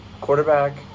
Quarterback